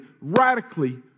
radically